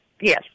Yes